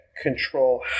control